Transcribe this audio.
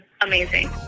amazing